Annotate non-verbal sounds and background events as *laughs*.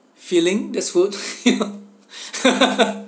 feeling this food *laughs*